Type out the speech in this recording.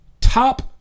top